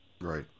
Right